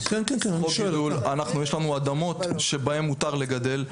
יש לנו אדמות שבהן מותר לגדל.